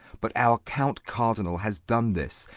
but our count-cardinall has done this,